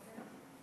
פה.